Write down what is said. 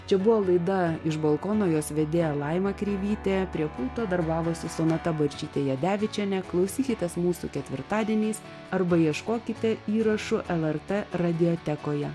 čia buvo laida iš balkono jos vedėja laima kreivytė prie pulto darbavosi sonata barčytė jadevičienė klausykitės mūsų ketvirtadieniais arba ieškokite įrašų lrt radiotekoje